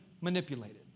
manipulated